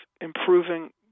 improving